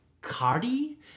cardi